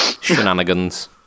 shenanigans